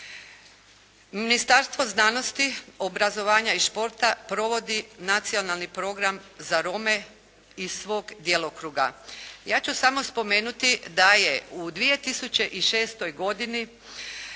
Ministarstvo znanosti, obrazovanja i športa provodi nacionalni program za Rome iz svog djelokruga. Ja ću samo spomenuti da je u 2006. godini